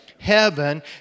Heaven